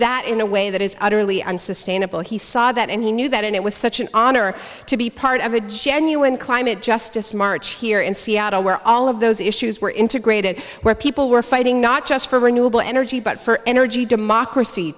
that in a way that is utterly unsustainable he saw that and he knew that and it was such an honor to be part of a genuine climate justice march here in seattle where all of those issues were integrated where people were fighting not just for renewable energy but for energy democracy